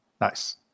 nice